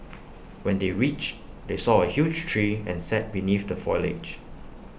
when they reached they saw A huge tree and sat beneath the foliage